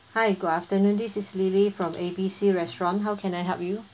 hi good afternoon this is lily from A B C restaurant how can I help you